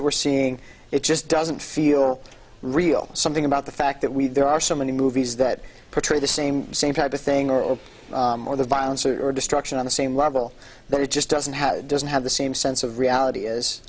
that we're seeing it just doesn't feel real something about the fact that we there are so many movies that portray the same same type of thing or more the violence or destruction on the same level but it just doesn't have doesn't have the same sense of reality is